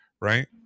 right